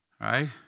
Right